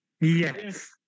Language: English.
Yes